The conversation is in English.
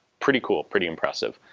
pretty cool, pretty impressive.